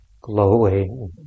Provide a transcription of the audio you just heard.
glowing